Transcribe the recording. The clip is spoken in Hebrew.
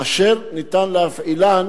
אשר ניתן להפעילן